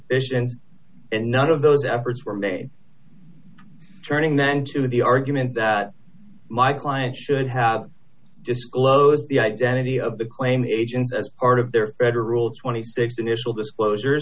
issue and none of those efforts were made turning that into the argument that my client should have disclosed the identity of the claim agents as part of their federal twenty six initial disclosure